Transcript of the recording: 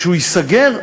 כשהוא ייסגר,